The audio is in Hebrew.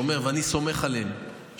ואני סומך עליהם,